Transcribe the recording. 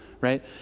right